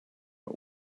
but